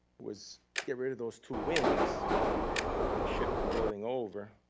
was get rid of those two wings and shift the building over.